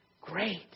great